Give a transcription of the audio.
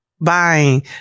buying